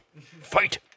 fight